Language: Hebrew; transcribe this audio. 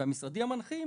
והמשרדים המנחים,